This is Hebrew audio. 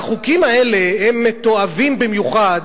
והחוקים האלה הם מתועבים במיוחד,